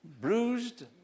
bruised